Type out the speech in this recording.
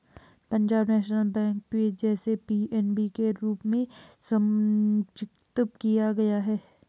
Punjab national bank, जिसे PNB के रूप में संक्षिप्त किया गया है